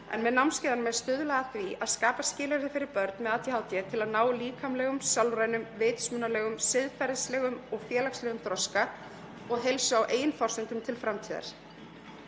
Með námskeiðunum er stuðlað að því að skapa skilyrði fyrir börn með ADHD til að ná líkamlegum, sálrænum, vitsmunalegum, siðferðilegum og félagslegum þroska og heilsu á eigin forsendum til framtíðar.